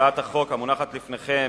הצעת החוק המונחת בפניכם,